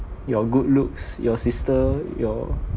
your good looks your sister your